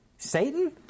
Satan